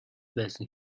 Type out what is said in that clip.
байсан